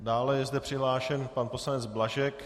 Dále je zde přihlášen pan poslanec Blažek.